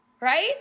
Right